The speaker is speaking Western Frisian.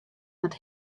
moat